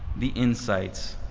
the insights,